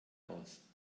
aus